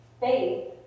Faith